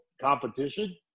competition